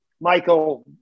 Michael